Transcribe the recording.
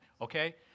Okay